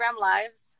Lives